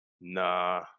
Nah